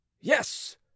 Yes